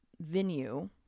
venue